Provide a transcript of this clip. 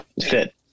fit